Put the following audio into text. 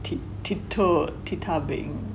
tiptoe titabeng